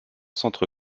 centre